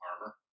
armor